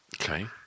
Okay